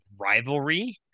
rivalry